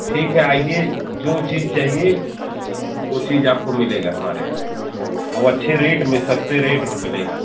ठीक है आइए जो चीज़ चाहिए वह चीज़ आपको मिलेगा हमारे यहाँ और अच्छे रेट में सस्ते रेट में मिलेगा